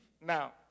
now